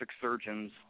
surgeons